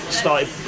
started